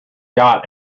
got